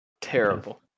Terrible